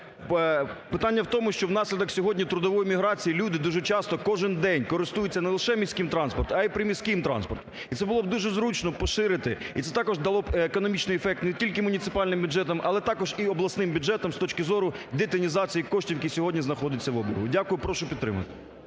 Питання в тому, що внаслідок сьогодні трудової міграції, люди дуже часто кожен день користуються не лише міським транспортом, а й приміським транспортом. І це було б дуже зручно поширити, і це також дало б економічний ефект не тільки муніципальним бюджетам, але також і обласним бюджетам, з точки зору детінізації коштів, які сьогодні знаходяться в обігу. Дякую. Прошу підтримати.